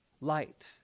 light